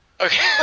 Okay